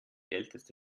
älteste